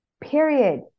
period